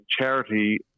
charity